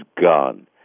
gone